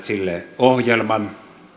sille ohjelman